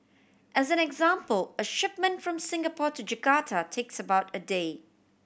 as an example a shipment from Singapore to Jakarta takes about a day